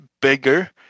bigger